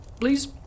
please